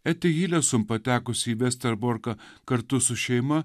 etihile sum patekusi į vesterborką kartu su šeima